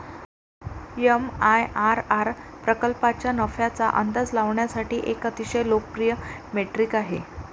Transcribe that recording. MIRR प्रकल्पाच्या नफ्याचा अंदाज लावण्यासाठी एक अतिशय लोकप्रिय मेट्रिक आहे